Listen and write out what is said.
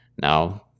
Now